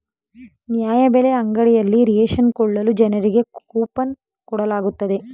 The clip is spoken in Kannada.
ನ್ಯಾಯಬೆಲೆ ಅಂಗಡಿಯಲ್ಲಿ ರೇಷನ್ ಕೊಳ್ಳಲು ಜನರಿಗೆ ಕೋಪನ್ ಕೊಡಲಾಗುತ್ತದೆ